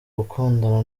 gukundana